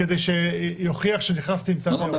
כדי שיוכיח שנכנסתי עם תו ירוק.